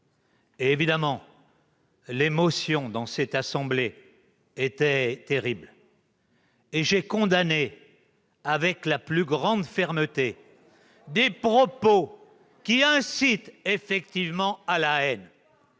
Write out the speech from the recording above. Marseille. L'émotion dans cette assemblée était très forte, et j'y ai condamné avec la plus grande fermeté des propos qui incitent effectivement à la haine.